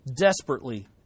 desperately